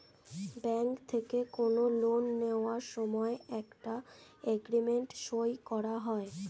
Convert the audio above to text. bank থেকে কোনো loan নেওয়ার সময় একটা এগ্রিমেন্ট সই করা হয়